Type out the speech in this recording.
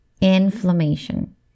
Inflammation